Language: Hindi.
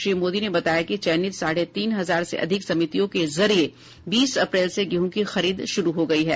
श्री मोदी ने बताया कि चयनित साढ़े तीन हजार से अधिक समितियों के जरिए बीस अप्रैल से गेहूं की खरीद शुरू हो गई है